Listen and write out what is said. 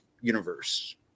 universe